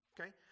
Okay